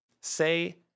say